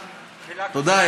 תודה,